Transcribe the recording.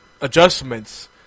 adjustments